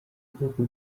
bwoko